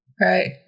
Right